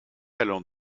allant